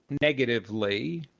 negatively